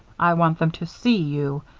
i want them to see you.